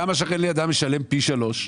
למה שכן לידם משלם פי שלושה?